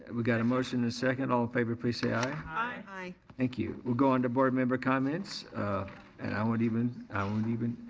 we got a motion and a second. all in favor, please say i. i. thank you. we'll go onto board member comments and i won't even, i won't even,